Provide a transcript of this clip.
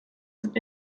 sind